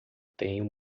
tenho